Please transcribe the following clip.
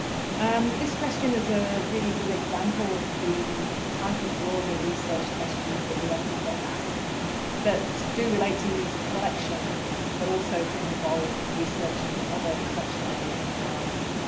um this question is a really good example of the type of broader research questions that we often get asked but do relate to the music collection but also can involve researching other collection areas in the library.